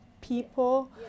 people